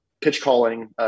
pitch-calling